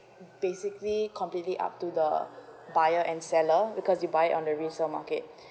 basically completely up to the buyer and seller because you buy on the resale market